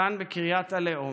כאן בקריית הלאום.